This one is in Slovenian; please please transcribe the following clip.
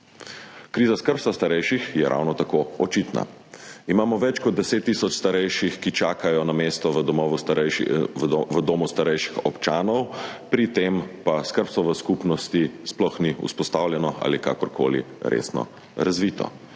Kriza skrbstva starejših je ravno tako očitna. Imamo več kot 10 tisoč starejših, ki čakajo na mesto v domu starejših občanov, pri tem pa skrbstvo v skupnosti sploh ni vzpostavljeno ali kakorkoli resno razvito.